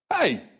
Hey